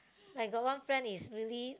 I got one friend is really